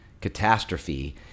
catastrophe